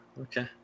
okay